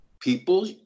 people